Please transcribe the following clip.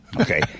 Okay